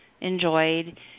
enjoyed